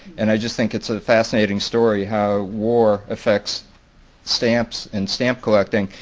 and i just think it's a fascinating story how war affects stamps and stamp collecting,